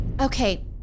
Okay